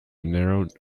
narrow